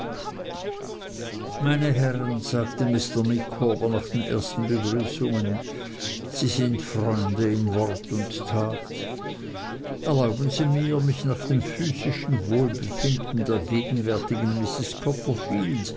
meine herren sagte mr micawber nach den ersten begrüßungen sie sind freunde in wort und tat erlauben sie mir mich nach dem physischen wohlbefinden der gegenwärtigen